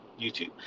YouTube